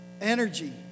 Energy